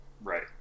Right